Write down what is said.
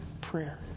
prayer